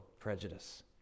Prejudice